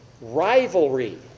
Rivalry